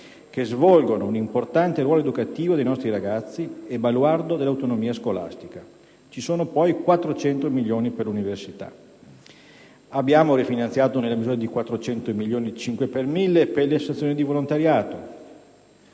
e svolgono un importante ruolo educativo dei nostri ragazzi, in quanto sono il baluardo dell'autonomia scolastica) e di 400 milioni per l'università. Abbiamo rifinanziato nella misura di 400 milioni il 5 per mille per le associazioni di volontariato.